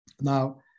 Now